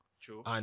True